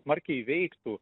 smarkiai veiktų